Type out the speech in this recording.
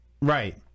Right